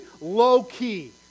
low-key